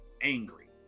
angry